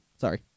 Sorry